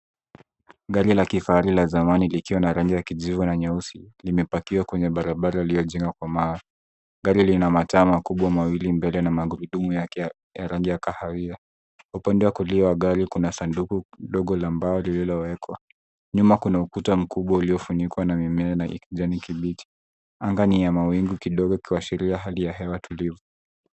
Gari la kifahari la zamani likiwa na rangi ya kijivu na nyeusi. Limepakiwa kwenye barabara iliyojengwa kwa mawe. Gari lina mataa makubwa mawili mbele na magurudumu yake ya rangi ya kahawia. Upande wa kulia wa gari kuna sanduku ndogo la mbao lililowekwa. Nyuma kuna ukuta mkubwa uliofunikwa na mimea ya kijani kibichi. Anga ni ya mawingu kidogo ikiashiria hali ya hewa tulivu.